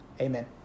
amen